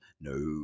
No